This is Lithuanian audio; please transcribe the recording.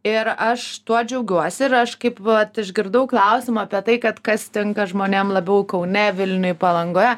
ir aš tuo džiaugiuosi ir aš kaip vat išgirdau klausimą apie tai kad kas tinka žmonėm labiau kaune vilniuj palangoje